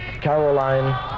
Caroline